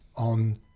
On